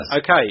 Okay